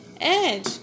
Edge